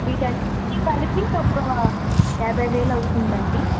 వీటన్నింటికీ కలిపి ఒక యాబైవేలు అవుతుంది